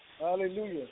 hallelujah